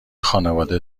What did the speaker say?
خانواده